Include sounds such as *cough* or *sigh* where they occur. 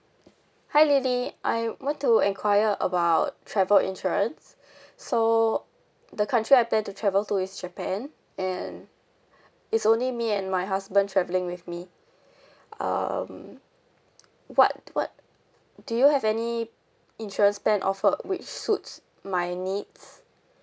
hi lily I want to enquire about travel insurance *breath* so the country I plan to travel to is japan and it's only me and my husband travelling with me *breath* um what what do you have any insurance plan offered which suits my needs